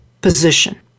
position